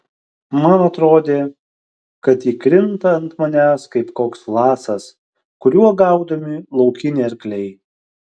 man atrodė kad ji krinta ant manęs kaip koks lasas kuriuo gaudomi laukiniai arkliai